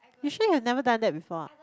you sure have never done that before ah